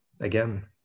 again